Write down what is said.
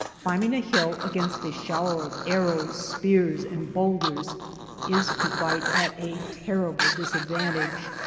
climb ing a hill against a shower of arrows, spears, and bowlders is to fight at a terrible disad vantage.